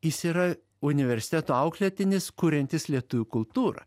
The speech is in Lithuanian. jis yra universiteto auklėtinis kuriantis lietuvių kultūrą